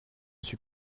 suis